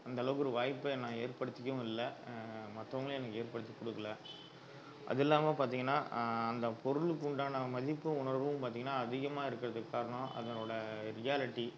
அந்தளவுக்கு ஒரு வாய்ப்பை நான் ஏற்படுத்திக்கவும் இல்லை மற்றவங்களும் எனக்கு ஏற்படுத்திக் கொடுக்கல அது இல்லாமல் பார்த்தீங்கன்னா அந்த பொருளுக்கு உண்டான மதிப்பு உணர்வும் பார்த்தீங்கன்னா அதிகமாக இருக்கிறதுக்கு காரணம் அதனோடய ரியாலிட்டி